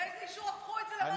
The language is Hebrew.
באיזה אישור הפכו את זה לבית רשמי,